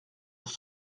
pour